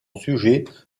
sujet